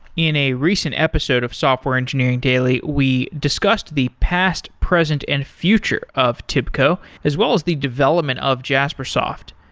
in a recent episode of software engineering daily, we discussed the past, present and future of tibco as well as the development of jaspersoft.